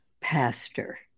pastor